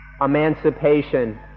emancipation